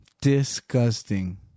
Disgusting